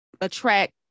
attract